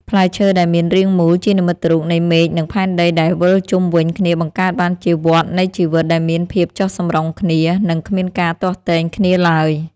ផ្លែឈើដែលមានរាងមូលជានិមិត្តរូបនៃមេឃនិងផែនដីដែលវិលជុំវិញគ្នាបង្កើតបានជាវដ្តនៃជីវិតដែលមានភាពចុះសម្រុងគ្នា និង គ្មានការទាស់ទែងគ្នាឡើយ។